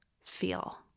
feel